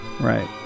Right